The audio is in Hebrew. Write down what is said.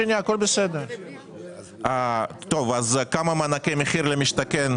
אתם עושים פיליבסטר כדי למנוע מהכנסת להצביע?